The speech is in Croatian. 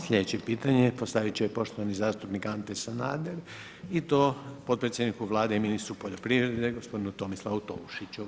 Slijedeće pitanje postavit će poštovani Ante Sanader i to potpredsjedniku Vlade i ministru poljoprivrede gospodinu Tomislavu Tolušiću.